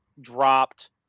dropped